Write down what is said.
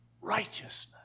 righteousness